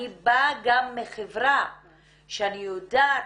אני באה גם מחברה שאני יודעת